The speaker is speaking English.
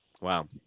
Wow